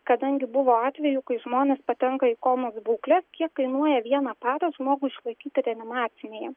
kadangi buvo atvejų kai žmonės patenka į komos būklę kiek kainuoja vieną parą žmogų išlaikyti reanimacinėje